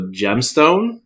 gemstone